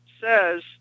says